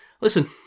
Listen